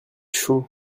chaud